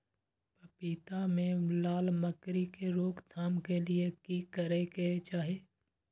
पपीता मे लाल मकरी के रोक थाम के लिये की करै के चाही?